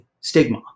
stigma